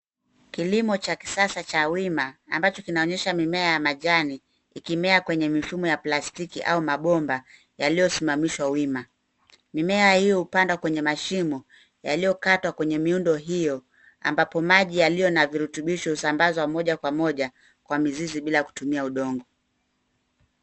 Kilimo cha kisasa cha wima ambacho kinaoyesha mimea ya majani ikimea kwenye mifumo ya plastiki au mabomba yaliyosimamishwa wima. Mimea hiyo hupandwa kwenye mashimo yaliyokatwa kwenye miundo hiyo ambapo maji yaliyo na virutubisho husambazwa moja kwa moja kwa mizizi bila kutumia udongo.